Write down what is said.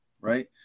right